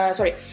sorry